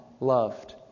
loved